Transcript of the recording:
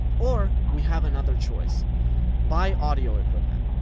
or. we have another choice buy audio equipment.